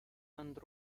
and